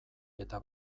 eta